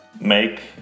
make